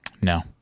No